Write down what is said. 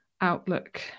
outlook